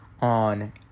on